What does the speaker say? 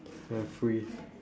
just freeze